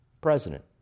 president